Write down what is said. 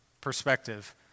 perspective